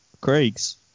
Craig's